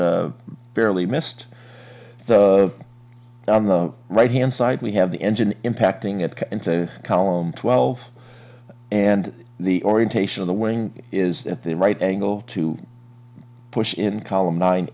barely missed on the right hand side we have the engine impacting it column twelve and the orientation of the wing is at the right angle to push in column nine